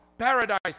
paradise